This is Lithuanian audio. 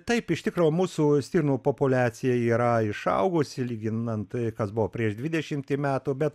taip iš tikro mūsų stirnų populiacija yra išaugusi lyginant kas buvo prieš dvidešimtį metų bet